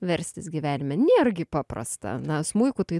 verstis gyvenime nėra gi paprasta na smuiku tai